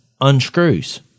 unscrews